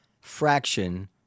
fraction